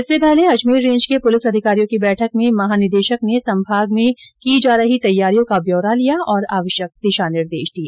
इससे पहले अजमेर रेंज के पूलिस अधिकारियों की बैठक में महा निदेशक ने संभाग में जा रही तैयारियों का ब्यौरा लिया तथा आवश्यक दिशा निर्देश दिए